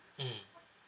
mmhmm